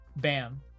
bam